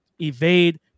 evade